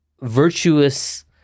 virtuous